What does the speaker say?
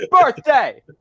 birthday